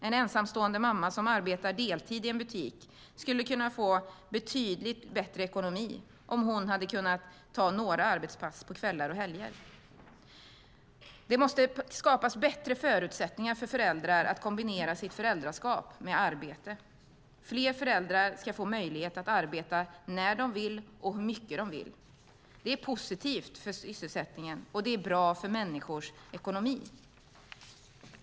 En ensamstående mamma som arbetar deltid i en butik skulle kunna få betydligt bättre ekonomi om hon kunde ta några arbetspass på kvällar och helger. Det måste skapas bättre förutsättningar för föräldrar att kombinera sitt föräldraskap med arbete. Fler föräldrar ska få möjlighet att arbeta när de vill och hur mycket de vill. Det är positivt för sysselsättningen och det är bra för människors ekonomi.